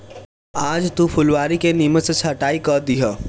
आज तू फुलवारी के निमन से छटाई कअ दिहअ